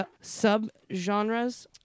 sub-genres